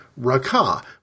rakah